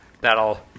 that'll